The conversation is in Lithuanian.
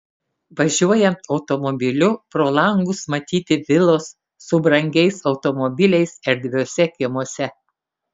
važiuojant automobiliu pro langus matyti vilos su brangiais automobiliais erdviuose kiemuose